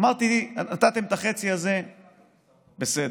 אמרתי, נתתם את החצי הזה, בסדר.